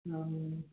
हाँ